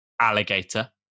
alligator